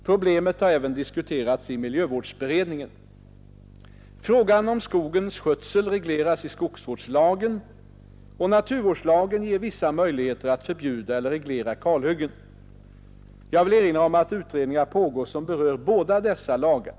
Problemet har även diskuterats i miljövårdsberedningen. Frågan om skogens skötsel regleras i skogsvårdslagen. Naturvårdslagen ger vissa möjligheter att förbjuda eller reglera kalhyggen. Jag vill erinra om att utredningar pågår som berör båda dessa lagar.